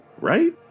right